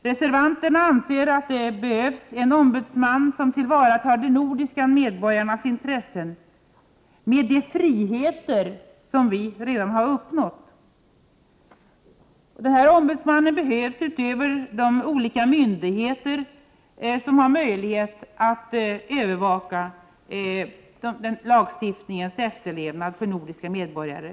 Reservanterna anser att det behövs en ombudsman som tillvaratar de nordiska medborgarnas intressen med de ”friheter” vi redan har uppnått utöver de olika myndigheter som har möjlighet att övervaka lagstiftningens efterlevnad för de nordiska medborgarna.